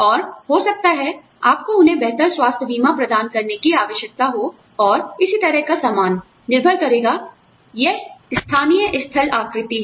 और हो सकता है आपको उन्हें बेहतर स्वास्थ्य बीमा प्रदान करने की आवश्यकता हो और इसी तरह का सामान निर्भर करेगा यह स्थानीय स्थलाकृति है